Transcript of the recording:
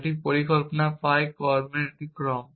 একটি পরিকল্পনা পাই কর্মের একটি ক্রম